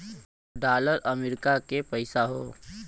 dollar अमरीका के पइसा हौ